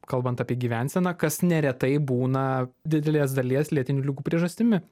kalbant apie gyvenseną kas neretai būna didelės dalies lėtinių ligų priežastimi